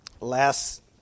last